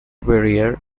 barrier